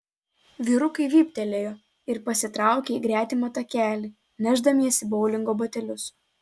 vyrukai vyptelėjo ir pasitraukė į gretimą takelį nešdamiesi boulingo batelius